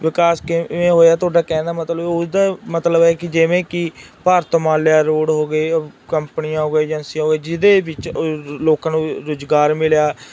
ਵਿਕਾਸ ਕਿਵੇਂ ਹੋਇਆ ਤੁਹਾਡਾ ਕਹਿਣ ਦਾ ਮਤਲਬ ਉਹਦਾ ਮਤਲਬ ਹੈ ਕਿ ਜਿਵੇਂ ਕਿ ਭਾਰਤ ਹਿਮਾਲਿਆ ਰੋਡ ਹੋ ਗਏ ਕੰਪਨੀਆਂ ਹੋ ਗਏ ਏਜੰਸੀਆਂ ਹੋ ਗਏ ਜਿਹਦੇ ਵਿੱਚ ਲੋਕਾਂ ਨੂੰ ਰੁਜ਼ਗਾਰ ਮਿਲਿਆ